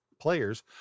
players